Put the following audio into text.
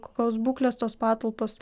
kokios būklės tos patalpos